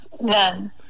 None